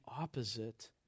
opposite